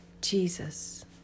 Jesus